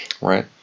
Right